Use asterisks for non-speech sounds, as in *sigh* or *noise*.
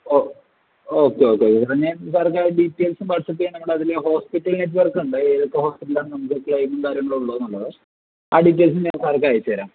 okay okay okay *unintelligible* ഞാൻ സാറിന്റെ ആ ഡീറ്റൈൽസും വാട്സ്ആപ്പ് ചെയ്യാം നമ്മള് അതില് ഹോസ്പിറ്റൽ നെറ്റ്വർക്ക് ഉണ്ട് ഏതൊക്കെ ഹോസ്പിറ്റലാണ് നമുക്ക് ക്ലെയിമും കാര്യങ്ങളും ഉള്ളതെന്നുള്ളത് ആ ഡീറ്റെയിൽസ് ഞാൻ സാർക്ക് അയച്ച് തരാം